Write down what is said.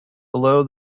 below